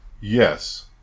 Yes